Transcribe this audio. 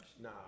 Nah